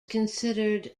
considered